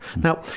Now